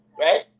Right